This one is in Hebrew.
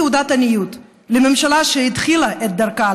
אז זו תעודת עניות לממשלה שהתחילה את דרכה,